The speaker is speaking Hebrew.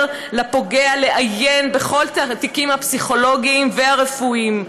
לפוגע לעיין בכל התיקים הפסיכולוגיים והרפואיים,